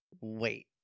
wait